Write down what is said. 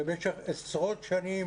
במשך עשרות שנים,